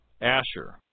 Asher